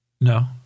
No